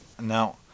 Now